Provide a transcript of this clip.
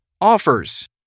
offers